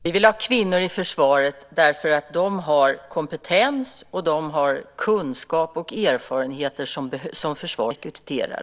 Fru talman! Vi vill ha kvinnor i försvaret för att de har kompetens och för att de har kunskap och erfarenheter som försvaret behöver. Det är därför vi rekryterar